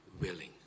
willing